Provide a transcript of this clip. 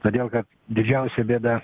todėl kad didžiausia bėda